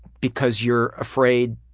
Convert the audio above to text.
because you're afraid